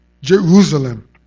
Jerusalem